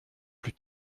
plus